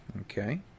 Okay